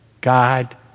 God